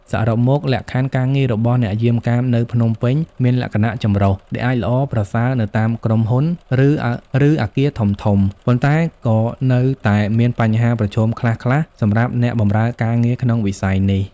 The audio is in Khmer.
សរុបមក លក្ខខណ្ឌការងាររបស់អ្នកយាមកាមនៅភ្នំពេញមានលក្ខណៈចម្រុះ ដែលអាចល្អប្រសើរនៅតាមក្រុមហ៊ុន ឬអគារធំៗ ប៉ុន្តែក៏នៅតែមានបញ្ហាប្រឈមខ្លះៗសម្រាប់អ្នកបម្រើការងារក្នុងវិស័យនេះ។